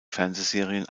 fernsehserien